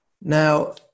Now